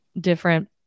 different